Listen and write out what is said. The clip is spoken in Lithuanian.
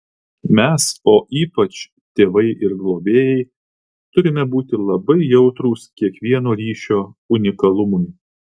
mes o ypač tėvai ir globėjai turime būti labai jautrūs kiekvieno ryšio unikalumui